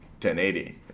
1080